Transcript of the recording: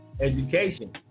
education